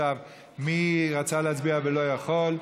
מי רצה להצביע ולא יכול?